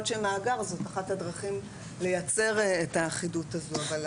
להיות שמאגר זאת אחת הדרכים לייצר את האחידות הזאת.